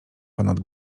ponad